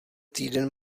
týden